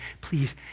please